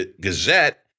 Gazette